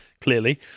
clearly